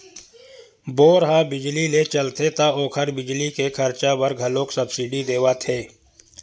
bore ह बिजली ले चलथे त ओखर बिजली के खरचा बर घलोक सब्सिडी देवत हे